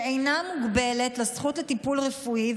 שאינה מוגבלת לזכות לטיפול רפואי,